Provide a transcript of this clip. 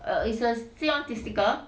its a stick on t~ sticker